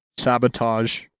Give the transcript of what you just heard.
Sabotage